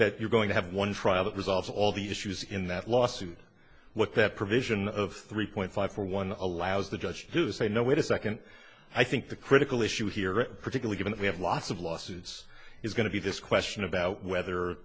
that you're going to have one trial that resolves all the issues in that lawsuit what that provision of three point five four one allows the judge to say no wait a second i think the critical issue here at particular given that we have lots of lawsuits is going to be this question about whether